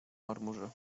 marmurze